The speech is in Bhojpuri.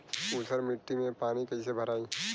ऊसर मिट्टी में पानी कईसे भराई?